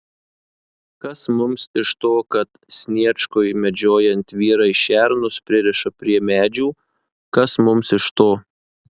kas mums iš to kad sniečkui medžiojant vyrai šernus pririša prie medžių kas mums iš to